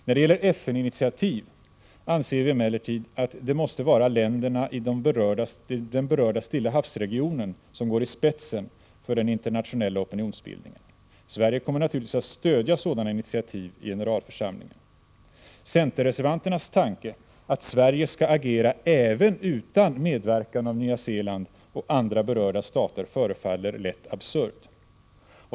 När det gäller FN-initiativ anser vi emellertid att det måste vara länderna i den berörda Stilla havs-regionen som går i spetsen för den internationella opinionsbildningen. Sverige kommer naturligtvis att stödja sådana initiativ i generalförsamlingen. Centerreservanternas tanke att Sverige skall agera även utan medverkan av Nya Zeeland och andra berörda stater förefaller lätt absurd.